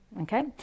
okay